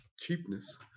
cheapness